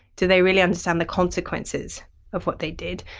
do they really understand the consequences of what they did?